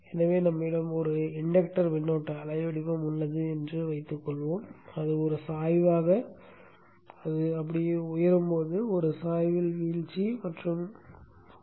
எனவே நம்மிடம் ஒரு இன்டக்டர்மின்னோட்ட அலை வடிவம் உள்ளது என்று வைத்துக்கொள்வோம் அது ஒரு சாய்வாக உயரும் மற்றும் ஒரு சாய்வில் வீழ்ச்சி மற்றும் பல